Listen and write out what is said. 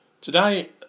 Today